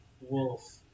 wolf